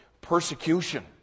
persecution